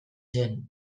zen